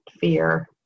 fear